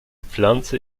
pflanze